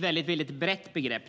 väldigt brett.